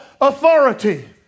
authority